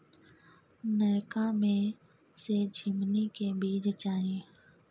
नयका में से झीमनी के बीज चाही?